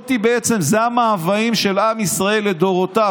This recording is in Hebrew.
בעצם אלה המאוויים של עם ישראל לדורותיו,